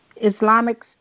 Islamic